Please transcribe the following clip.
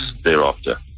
thereafter